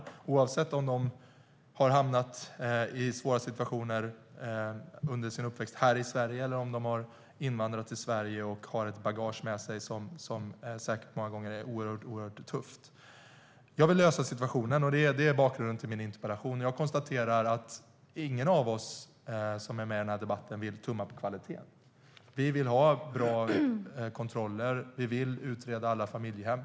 Det gäller oavsett om de har hamnat i svåra situationer under sin uppväxt här i Sverige eller om de har invandrat till Sverige och har ett bagage med sig som säkert många gånger är oerhört tufft. Jag vill lösa situationen, och det är bakgrunden till min interpellation. Jag konstaterar att ingen av oss som är med i debatten vill tumma på kvaliteten. Vi vill ha bra kontroller, och vi vill utreda alla familjehem.